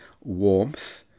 warmth